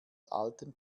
alten